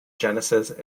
genesis